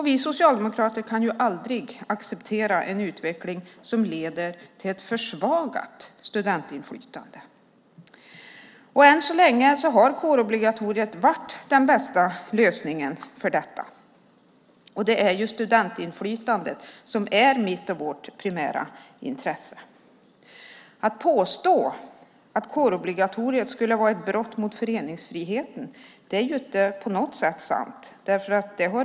Vi socialdemokrater kan aldrig acceptera en utveckling som leder till ett försvagat studentinflytande. Än så länge har kårobligatoriet varit den bästa lösningen för detta. Det är studentinflytandet som är mitt och vårt primära intresse. Att kårobligatoriet skulle vara ett brott mot föreningsfriheten är inte på något sätt sant.